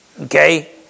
Okay